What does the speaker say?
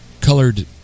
colored